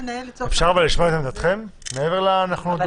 אפשר אבל לשמוע את עמדתכם, מעבר לנחמדות?